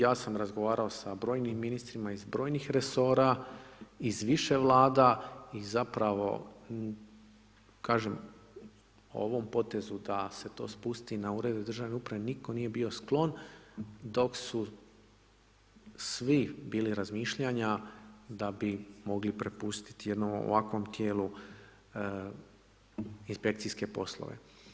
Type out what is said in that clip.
Ja sam razgovarao sa brojim ministrima iz brojnih resora, iz više Vlada i zapravo, kažem, ovom potezu da se to spusti na Urede države uprave nitko nije bio sklon, dok su svi bili razmišljanja da bi mogli prepustiti jednom ovakvom tijelu inspekcijske poslove.